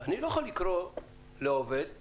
אני לא יכול לקרוא לעובד במשרד.